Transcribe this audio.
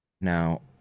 now